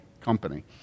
company